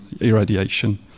irradiation